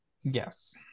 Yes